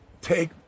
take